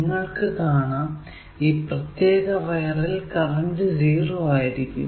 നിങ്ങൾക്കു കാണാം ഈ പ്രത്യേക വയറിൽ കറന്റ് 0 ആയിരിക്കും